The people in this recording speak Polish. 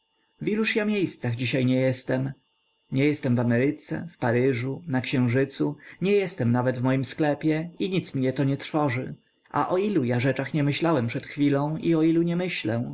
ja miejscach dziś nie jestem nie jestem w ameryce w paryżu na księżycu nie jestem nawet w moim sklepie i nic mnie to nie trwoży a o ilu ja rzeczach nie myślałem przed chwilą i o ilu nie myślę